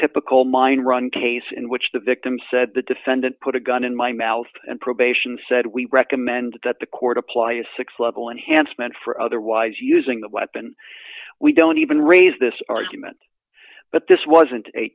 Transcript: typical mine run case in which the victim said the defendant put a gun in my mouth and probation said we recommend that the court apply a six level enhancement for otherwise using the weapon we don't even raise this argument but this wasn't a